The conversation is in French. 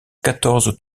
quatorze